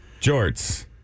Jorts